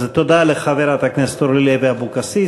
אז תודה לחברת הכנסת אורלי לוי אבקסיס.